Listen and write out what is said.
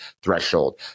threshold